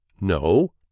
No